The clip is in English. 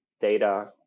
Data